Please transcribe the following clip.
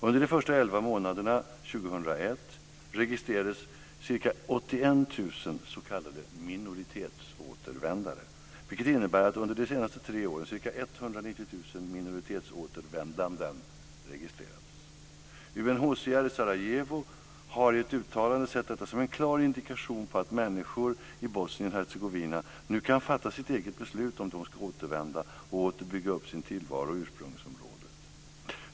Under de första elva månaderna 2001 registrerades ca 81 000 s.k. minoritetsåtervändare, vilket innebär att under de senaste tre åren ca 190 000 minoritetsåtervändanden registrerats. UNHCR i Sarajevo har i ett uttalande sett detta som en klar indikation på att människor i Bosnien Hercegovina nu kan fatta sitt eget beslut om huruvida de ska återvända och åter bygga upp sin tillvaro i ursprungsområdet.